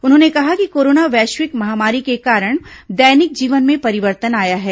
उन्होंने कहा कि कोरोना वैश्विक महामारी के कारण दैनिक जीवन में परिवर्तन आया है